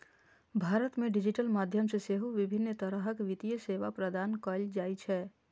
भारत मे डिजिटल माध्यम सं सेहो विभिन्न तरहक वित्तीय सेवा प्रदान कैल जाइ छै